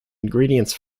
ingredients